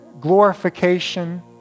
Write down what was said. glorification